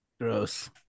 Gross